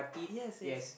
yes yes